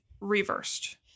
reversed